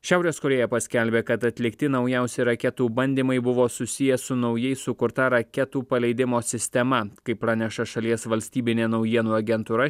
šiaurės korėja paskelbė kad atlikti naujausi raketų bandymai buvo susiję su naujai sukurta raketų paleidimo sistema kaip praneša šalies valstybinė naujienų agentūra